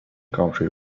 country